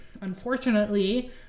unfortunately